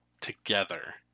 together